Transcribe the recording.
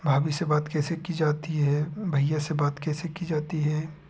भाभी से बात कैसे की जाती है भैया से बात कैसे की जाती है